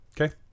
Okay